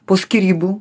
po skyrybų